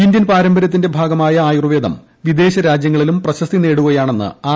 Indian പാരമ്പര്യത്തിന്റെ ഭാഗമായ ആയൂർവേദം വിദേശരാജ്യങ്ങളിലും പ്രശസ്തി നേടുകയാണെന്ന് ആർ